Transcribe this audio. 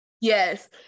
yes